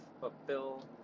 fulfill